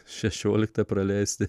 šešioliktą praleisti